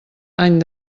any